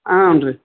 ಹಾಂ ರಿ